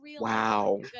Wow